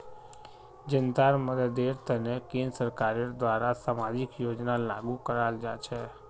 जनतार मददेर तने केंद्र सरकारेर द्वारे सामाजिक योजना लागू कराल जा छेक